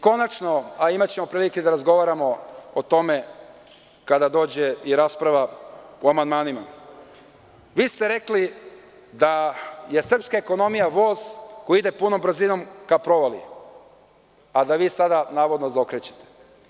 Konačno, a imaćemo prilike da razgovaramo o tome kada dođe i rasprava o amandmanima, vi ste rekli da je srpska ekonomija voz koji ide punom brzinom ka provaliji, a da vi sada, navodno, zaokrećete.